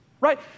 right